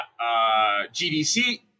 GDC